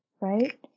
right